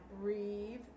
breathe